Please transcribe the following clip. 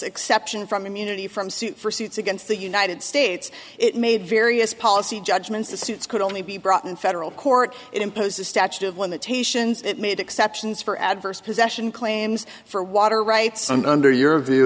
exception from immunity from suit for suits against the united states it made various policy judgments the suits could only be brought in federal court impose a statute of limitations it made exceptions for adverse possession claims for water rights under your view